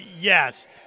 yes